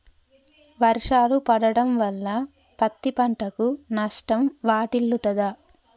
వర్షాలు పడటం వల్ల పత్తి పంటకు నష్టం వాటిల్లుతదా?